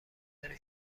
باید